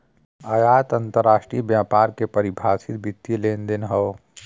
आयात अंतरराष्ट्रीय व्यापार के परिभाषित वित्तीय लेनदेन हौ